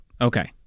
Okay